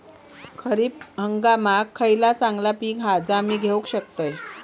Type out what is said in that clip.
खरीप हंगामाक खयला चांगला पीक हा जा मी घेऊ शकतय?